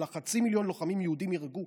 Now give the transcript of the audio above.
אלא חצי מיליון לוחמים יהודים נהרגו,